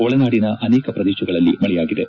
ಒಳನಾಡಿನ ಅನೇಕ ಪ್ರದೇಶಗಳಲ್ಲಿ ಮಳೆಯಾಗಿದೆ